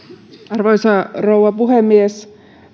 arvoisa rouva puhemies